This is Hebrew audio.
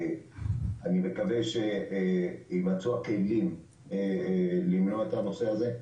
אני מקווה שיימצאו הכלים למנוע את הנושא הזה.